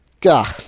Gah